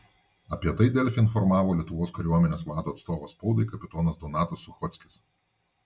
apie tai delfi informavo lietuvos kariuomenės vado atstovas spaudai kapitonas donatas suchockis